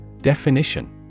Definition